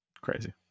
Crazy